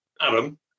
Adam